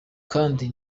kandi